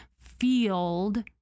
field